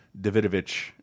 Davidovich